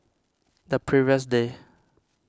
the previous day